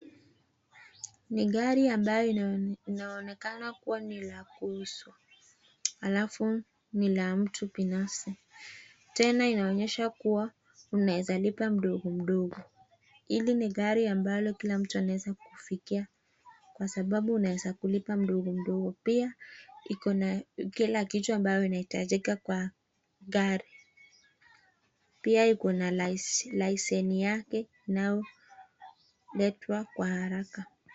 Ni gari ambayo inaonekana ni la kuuzwa halafu ni la mtu binafsi . Tena inaonyesha kuwa unaweza lipa mdogomdogo . Hili ni gari ambalo kila mtu anaweza kulifikia kwa sababu unaweza kulipa mdogomdogo. Pia iko na kila kitu ambayo inahitajika kwa gari. Pia iko na license yake unaoletwa kwa haraka.